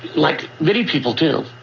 like many people do.